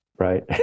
Right